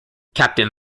captain